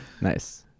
nice